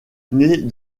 nait